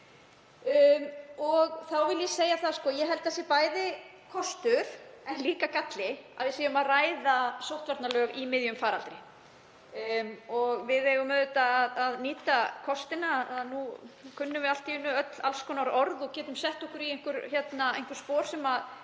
Þá vil ég segja að ég held að það sé bæði kostur en líka galli að við séum að ræða sóttvarnalög í miðjum faraldri. Við eigum auðvitað að nýta kostina, nú kunnum við allt í einu öll alls konar orð og getum sett okkur í áður óþekkt